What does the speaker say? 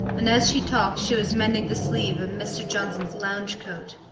and as she talked she was mending the sleeve of mr. johnson's lounge coat.